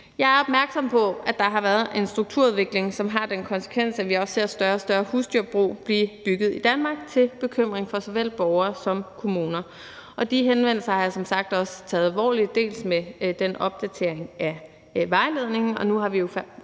Jeg er opmærksom på, at der har været en strukturudvikling, som har den konsekvens, at vi også ser større og større husdyrbrug blive bygget i Danmark til bekymring for såvel borgere som kommuner. De henvendelser har jeg som sagt også taget alvorligt med opdateringen af vejledningen, og nu har vi jo